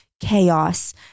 chaos